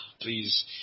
Please